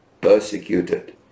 persecuted